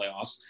playoffs